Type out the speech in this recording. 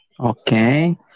Okay